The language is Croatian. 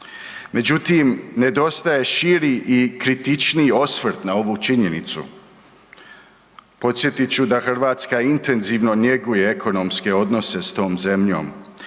Međutim, nedostaje širi i kritičniji osvrt na ovu činjenicu. Podsjetit ću da Hrvatska intenzivno njeguje ekonomske odnose s tom zemljom